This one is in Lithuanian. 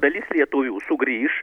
dalis lietuvių sugrįš